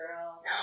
girl